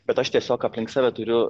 bet aš tiesiog aplink save turiu